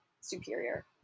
superior